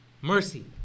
Mercy